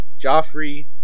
Joffrey